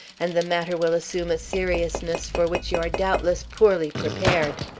and the matter will assume a seriousness for which you are doubtless poorly prepared.